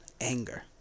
anger